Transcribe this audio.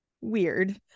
weird